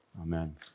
Amen